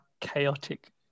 chaotic